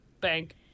bank